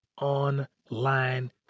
online